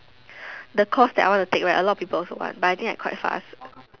the course that I want to take right a lot of people also want but I think I quite fast